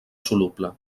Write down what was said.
soluble